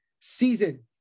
season